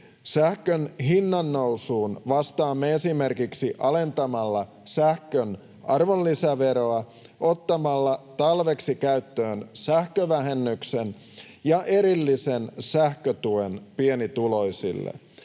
Sähkön hinnannousuun vastaamme esimerkiksi alentamalla sähkön arvonlisäveroa, ottamalla talveksi käyttöön sähkövähennyksen ja erillisen sähkötuen pienituloisille.